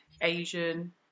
Asian